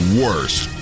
worst